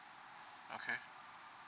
okay